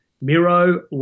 Miro